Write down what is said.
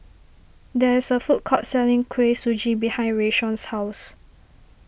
there is a food court selling Kuih Suji behind Rayshawn's house